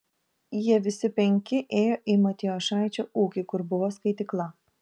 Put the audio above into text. jie visi penki ėjo į matijošaičio ūkį kur buvo skaitykla